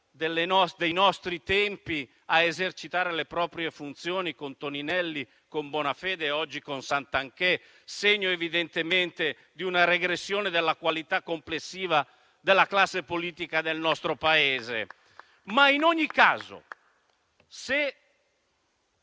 dei nostri tempi, a esercitare le proprie funzioni con Toninelli, Bonafede e oggi con Santanchè, segno evidentemente di una regressione della qualità complessiva della classe politica del nostro Paese. In ogni caso, il